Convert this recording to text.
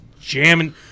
jamming